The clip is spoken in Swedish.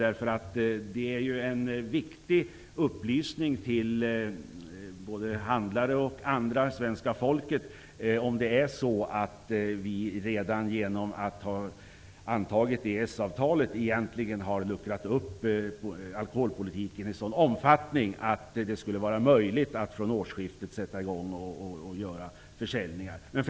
Det är en viktig upplysning till handlare och övriga svenska folket om det är så att vi redan genom att anta EES-avtalet har luckrat upp alkoholpolitiken i en sådan omfattning att det skulle vara möjligt att starta med försäljning från årsskiftet.